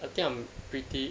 I think I'm pretty